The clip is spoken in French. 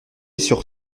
sur